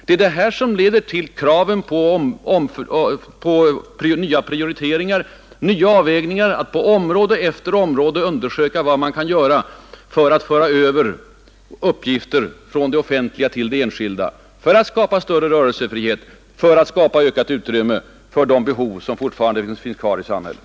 Det är detta som leder till kraven på nya prioriteringar, nya avvägningar, att på område efter område undersöka vad man kan göra för att föra över uppgifter från det offentliga till det enskilda, för att skapa större rörelsefrihet, för att skapa ökat utrymme för de behov som finns kvar i samhället.